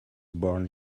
born